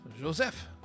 Joseph